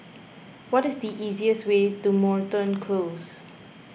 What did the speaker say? what is the easiest way to Moreton Close